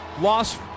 loss